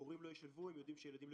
הורים לא ישלבו אם הם יודעים שהילדים לא